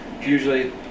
Usually